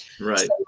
Right